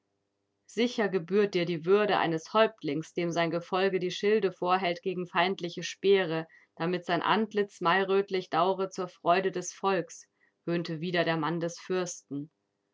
sicher gebührt dir die würde eines häuptlings dem sein gefolge die schilde vorhält gegen feindliche speere damit sein antlitz mairötlich daure zur freude des volks höhnte wieder der mann des fürsten